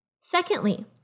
Secondly